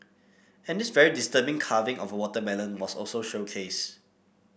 and this very disturbing carving of a watermelon was also showcased